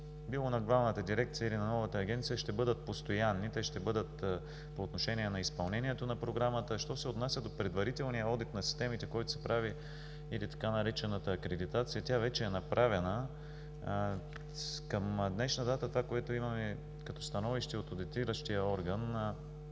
било на Главната дирекция или на новата агенция, ще бъдат постоянни. Те ще бъдат по отношение на изпълнението на програмата. Що се отнася до предварителния одит на системите, който се прави или така наречената „акредитация“, тя вече е направена. Към днешна дата това, което имаме като становище от одитиращия орган